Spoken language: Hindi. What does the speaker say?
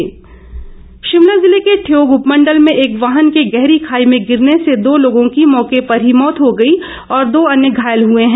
हादसा शिमला जिले के ठियोग उपमंडल में एक वाहन के गहरी खाई में गिरने से दो लोगों की मौके पर ही मौत हो गई और दो अन्य घायल हुए हैं